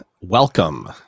welcome